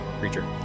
creature